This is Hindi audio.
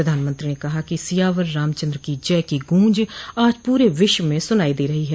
प्रधानमंत्री ने कहा कि सियावर रामचन्द्र की जय की गूंज आज पूरे विश्व में सुनाई दे रही है